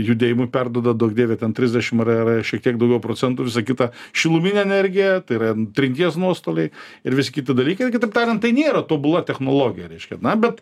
judėjimui perduoda duok dieve ten trisdešim ar ar šiek tiek daugiau procentų visa kita šiluminė energija tai yra trinties nuostoliai ir vis kiti dalykai kitaip tariant tai nėra tobula technologija reiškia na bet